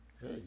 Hey